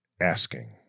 asking